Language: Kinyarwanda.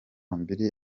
mbiri